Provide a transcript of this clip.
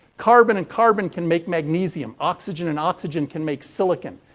carbon and carbon can make magnesium. oxygen and oxygen can make silicon.